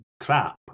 crap